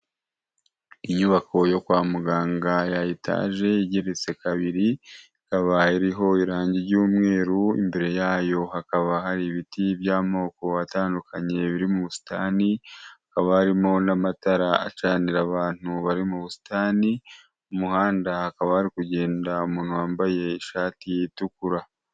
Inyubako yo kwa muganga ya etaje igeretse kabiri, ikaba iriho irange ry'umweru, imbere yayo hakaba hari ibiti by'amoko atandukanye biri mu busitani, hakaba harimo n'amatara acanira abantu bari mu busitani, mu muhanda hakaba hakaba kugenda umuntu wambaye ishati itukura.